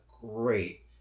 great